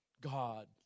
God